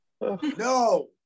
No